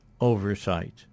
oversight